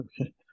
Okay